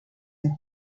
این